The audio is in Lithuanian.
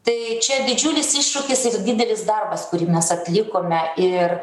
tai čia didžiulis iššūkis didelis darbas kurį mes atlikome ir